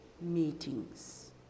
meetings